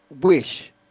wish